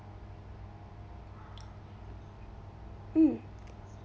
mm